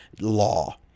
law